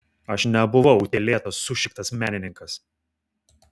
aš nebuvau utėlėtas sušiktas menininkas